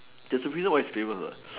there's a reason why it's famous what